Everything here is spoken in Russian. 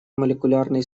молекулярный